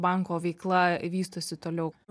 banko veikla vystosi toliau